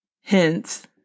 hence